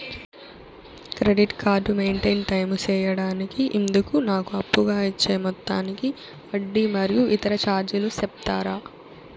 Credit card maintain time సేయడానికి ఇందుకు నాకు అప్పుగా ఇచ్చే మొత్తానికి వడ్డీ మరియు ఇతర చార్జీలు సెప్తారా?